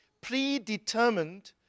predetermined